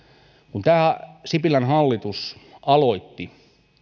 kun sipilän hallitus aloitti